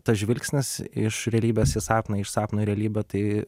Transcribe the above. tas žvilgsnis iš realybės į sapną iš sapno į realybę tai